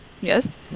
Yes